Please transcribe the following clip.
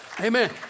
Amen